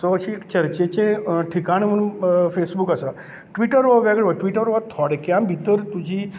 so अशी चर्चेचें ठिकाण म्हणुन फेसबुक आसा ट्विटर हो वेगळो वता ट्विटर हो थोडक्या भितर तुजी